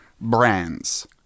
brands